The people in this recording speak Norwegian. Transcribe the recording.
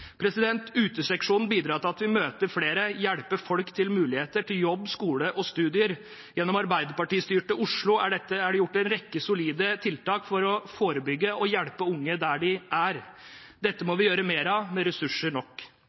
til muligheter til jobb, skole og studier. Gjennom Arbeiderparti-styrte Oslo er det gjort en rekke solide tiltak for å forebygge og hjelpe unge der de er. Dette må vi gjøre mer av med ressurser nok.